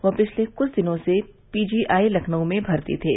वह पिछले कुछ दिनों से पीजीआई लखनऊ में भर्ती थे